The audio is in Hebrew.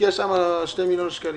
השקיעה שם 2 מיליון שקלים.